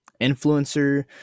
influencer